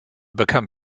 become